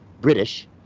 British